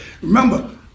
Remember